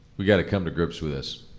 we gotta come to grips with this.